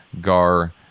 gar